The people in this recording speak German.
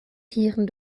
tieren